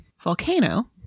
Volcano